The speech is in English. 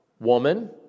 Woman